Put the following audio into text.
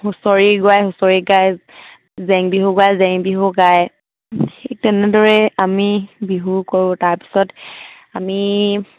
হুঁচৰি গোৱাই হুঁচৰি গাই জেং বিহু গোৱাই জেং বিহু গায় ঠিক তেনেদৰে আমি বিহু কৰোঁ তাৰপিছত আমি